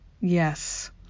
Yes